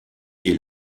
est